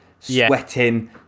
sweating